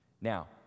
now